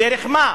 דרך מה?